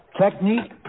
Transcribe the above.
Technique